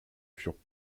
furent